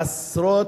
עשרות,